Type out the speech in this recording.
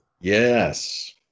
yes